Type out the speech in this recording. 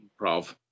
improv